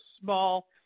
small